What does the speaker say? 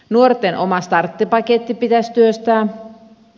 nuorten oma starttipaketti pitäisi työstää